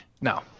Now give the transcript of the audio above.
No